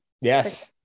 Yes